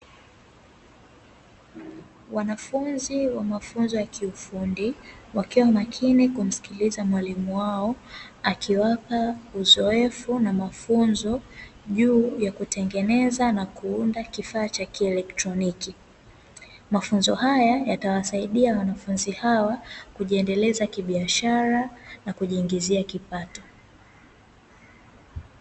Wanafunzi wa mafunzo ya kiufundi wakiwa makini kumsikiliza mwalimu wao, akiwapa uzoefu na mafunzo juu ya kutengeneza na kuunda kifaa cha kielectroniki. Mafunzo haya yatawasaidia wanafunzi hawa kujiendeleza kibiashara na kujiingizia kipato.